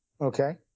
Okay